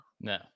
no